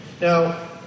Now